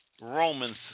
Romans